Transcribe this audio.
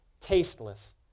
tasteless